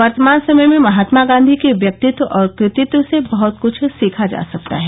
वर्तमान समय में महात्मा गांधी के व्यक्तित्व और कृतित्व से बहत कृछ सीखा जा सकता है